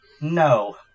no